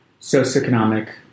socioeconomic